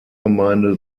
gemeinde